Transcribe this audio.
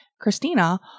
Christina